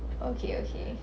okay okay